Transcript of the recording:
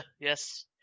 Yes